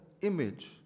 image